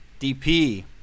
DP